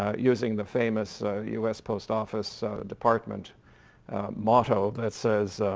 ah using the famous us post office department motto that says,